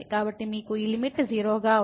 కాబట్టి మీకు ఈ లిమిట్ 0 గా ఉంది